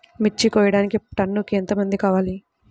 మిర్చి కోయడానికి టన్నుకి ఎంత మంది కావాలి?